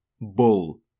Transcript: Bull